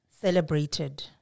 celebrated